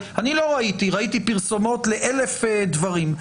אני ראיתי פרסומות לאלף דברים.